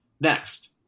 next